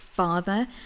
father